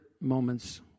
moments